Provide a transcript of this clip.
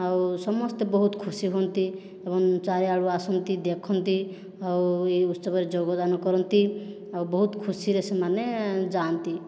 ଆଉ ସମସ୍ତେ ବହୁତ ଖୁସି ହୁଅନ୍ତି ଏବଂ ଚାରି ଆଡ଼ୁ ଆସନ୍ତି ଦେଖନ୍ତି ଆଉ ଏହି ଉତ୍ସବରେ ଯୋଗଦାନ କରନ୍ତି ଆଉ ବହୁତ ଖୁସିରେ ସେମାନେ ଯାଆନ୍ତି